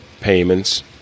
payments